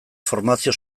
formazio